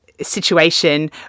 Situation